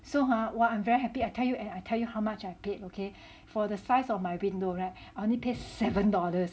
so !huh! !wah! I'm very happy I tell you I tell you how much I paid okay for the size of my window [right] I only pay seven dollars